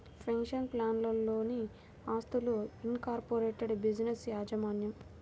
pension ప్లాన్లలోని ఆస్తులు, incorporated బిజినెస్ల యాజమాన్యం